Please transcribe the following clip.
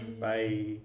Bye